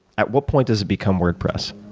at what point does it become wordpress?